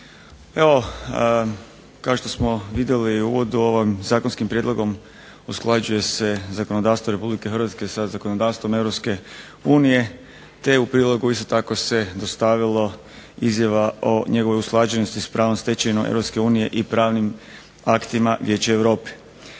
Evo kao što smo vidjeli u uvodu ovim zakonskim prijedlogom usklađuje se zakonodavstvo RH sa zakonodavstvom EU te u prilogu isto tako se dostavilo izjava o njegovoj usklađenosti s pravnom stečevinom EU i pravnim aktima Vijeća Europe.